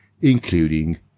including